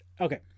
Okay